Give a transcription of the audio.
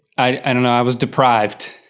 i don't know, i was deprived.